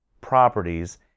properties